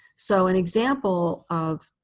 so an example of